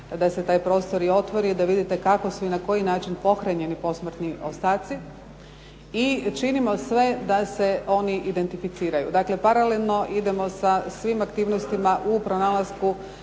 da se taj prostor i otvori, da vidite kako su i na koji način pohranjeni posmrtni ostaci i činimo sve da se oni identificiraju. Dakle, paralelno idemo sa svim aktivnostima u pronalasku